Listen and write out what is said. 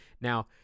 now